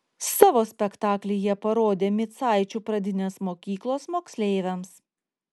savo spektaklį jie parodė micaičių pradinės mokyklos moksleiviams